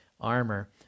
armor